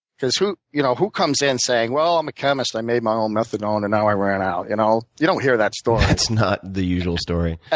because who you know who comes in saying, well, i'm a chemist. i made my own methadone and now i ran out. you know? you don't hear that story. that's not the usual story.